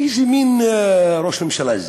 איזה מין ראש ממשלה זה?